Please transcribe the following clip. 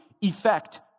effect